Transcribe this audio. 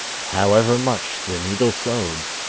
however much the needle sewed.